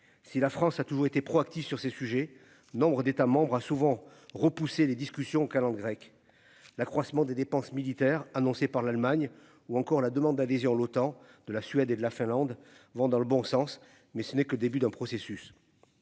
Si la France a toujours été pro-actif sur ces sujets. Nombres d'États membres a souvent repoussé les discussions aux calendes grecques l'accroissement des dépenses militaires annoncées par l'Allemagne ou encore la demande d'adhésion à l'OTAN de la Suède et de la Finlande vont dans le bon sens mais ce n'est que le début d'un processus.